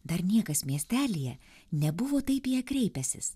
dar niekas miestelyje nebuvo taip į ją kreipęsis